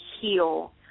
heal